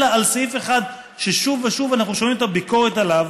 אלא על סעיף אחד ששוב ושוב אנחנו שומעים את הביקורת עליו,